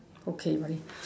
okay very